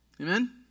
Amen